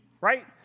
right